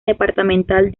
departamental